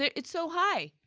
it's so high!